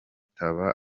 taba